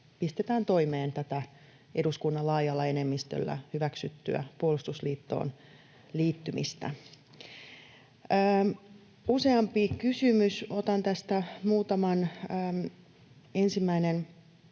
pistetään toimeen tätä eduskunnan laajalla enemmistöllä hyväksyttyä puolustusliittoon liittymistä. — Tuli useampi kysymys, otan tästä muutaman. Itse